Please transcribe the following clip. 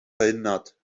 verhindert